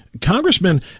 Congressman